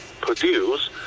produce